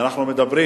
אנחנו מדברים